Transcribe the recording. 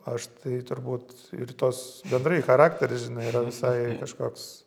aš tai turbūt ir tos bendrai charakteris žinai yra visai kažkoks